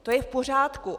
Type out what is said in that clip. To je v pořádku.